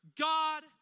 God